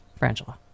Frangela